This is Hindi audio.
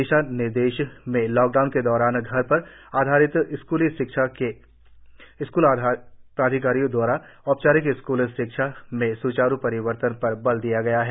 दिशा निर्देशों में लॉकडाउन के दौरान घर पर आधारित स्कूली शिक्षा से स्कूल प्राधिकारियों द्वारा औपचारिक स्कूल शिक्षा में स्चारू परिवर्तन पर बल दिया गया है